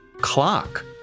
clock